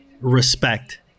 respect